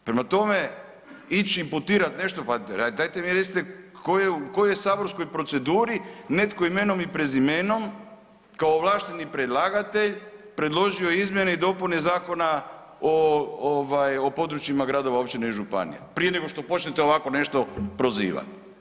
Prema tome, ići imputirati nešto, pa dajte mi recite u kojoj je saborskoj proceduri netko imenom i prezimenom kao ovlašteni predlagatelj predložio izmjene i dopune Zakona o područjima gradova, općina i županija prije nego što počnete ovakvo nešto prozivati?